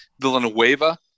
Villanueva